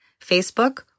Facebook